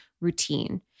routine